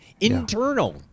Internal